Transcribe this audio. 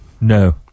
No